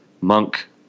monk